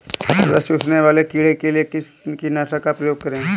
रस चूसने वाले कीड़े के लिए किस कीटनाशक का प्रयोग करें?